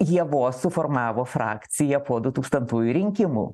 jie buvo suformavo frakciją po du tūkstantųjų rinkimų